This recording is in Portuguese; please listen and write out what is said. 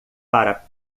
para